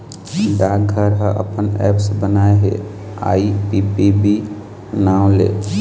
डाकघर ह अपन ऐप्स बनाए हे आई.पी.पी.बी नांव ले